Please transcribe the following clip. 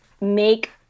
make